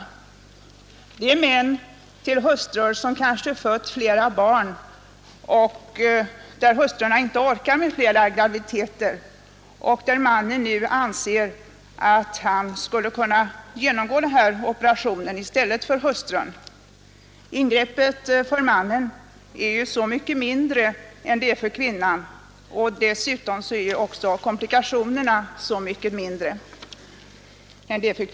Det är brev från män vilkas hustrur kanske fött flera barn och inte orkar med flera graviditeter, och männen anser att de skulle kunna genomgå operationen i stället för hustrurna. Ingreppet för mannen är ju så mycket mindre än det är för kvinnan, och dessutom är komplikationerna mycket mindre.